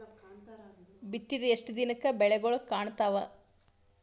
ಬಿತ್ತಿದ ಎಷ್ಟು ದಿನಕ ಬೆಳಿಗೋಳ ಕಾಣತಾವ?